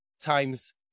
times